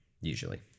usually